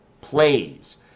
plays